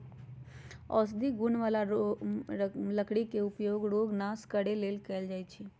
औषधि गुण बला लकड़ी के उपयोग रोग नाश करे लेल कएल जाइ छइ